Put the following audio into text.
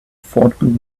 affordable